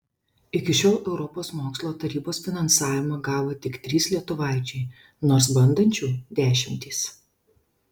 iki šiol europos mokslo tarybos finansavimą gavo tik trys lietuvaičiai nors bandančių dešimtys